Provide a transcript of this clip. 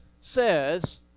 says